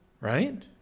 Right